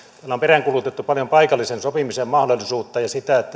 täällä on peräänkuulutettu paljon paikallisen sopimisen mahdollisuutta ja sitä että